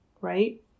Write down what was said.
right